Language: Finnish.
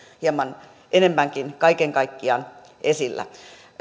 hieman enemmänkin kaiken kaikkiaan esillä